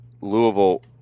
Louisville